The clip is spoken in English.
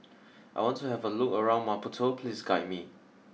I want to have a look around Maputo please guide me